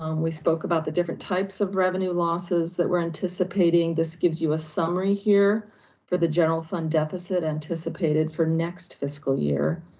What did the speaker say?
um we spoke about the different types of revenue losses that we're anticipating. this gives you a summary here for the general fund deficit anticipated for next fiscal year